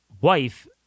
wife